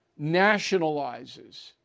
nationalizes